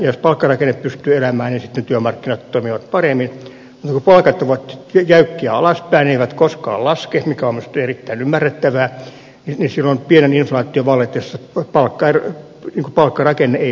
jos palkkarakenne pystyy elämään niin sitten työmarkkinat toimivat paremmin mutta kun palkat ovat jäykkiä alaspäin eivät koskaan laske mikä on minusta erittäin ymmärrettävää niin silloin pienen inflaation vallitessa palkkarakenne ei pysty elämään